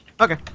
okay